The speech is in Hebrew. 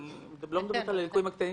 אני לא מדברת על הליקויים הקטנים.